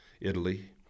Italy